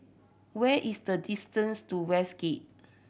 where is the distance to Westgate